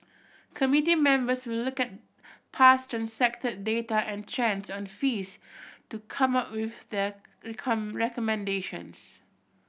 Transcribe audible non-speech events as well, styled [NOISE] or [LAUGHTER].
committee members will look at past transacted data and trends on fees to come up with their [UNINTELLIGIBLE] recommendations